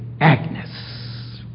Agnes